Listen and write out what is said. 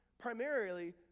primarily